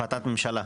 החלטת ממשלה.